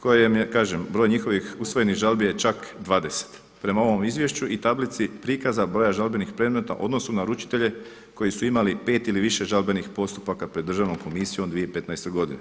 koje im je, kažem broj njihovih usvojenih žalbi je čak 20 prema ovom izvješću i tablici prikaza broja žalbenih predmeta u odnosu na uručitelje koji su imali pet ili više žalbenih postupaka pred Državnom komisijom 2015. godine.